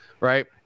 right